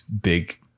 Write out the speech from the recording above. big